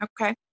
Okay